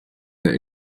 that